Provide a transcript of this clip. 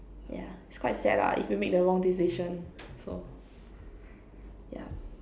yeah is quite sad lah if you make the wrong decision so yup